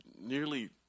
nearly